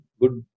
good